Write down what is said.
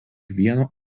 vieno